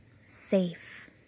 safe